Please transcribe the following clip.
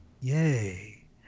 Yay